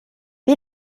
wie